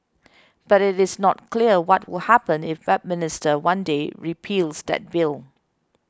but it is not clear what will happen if Westminster one day repeals that bill